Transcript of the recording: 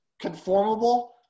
conformable